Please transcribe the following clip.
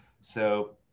So-